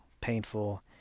painful